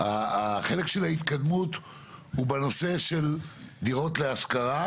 החלק של ההתקדמות הוא בנושא של דירות להשכרה,